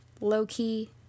low-key